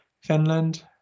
Finland